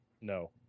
No